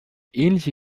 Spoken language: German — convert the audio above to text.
ähnliche